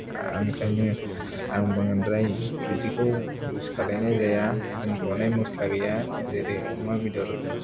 ओंखायनो आं बांद्राय बिदिखौ इउज खालायनाय जाया दोनखुमानाय मसला गैया जेरै अमा बेदरफ्राव